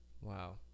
Wow